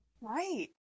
right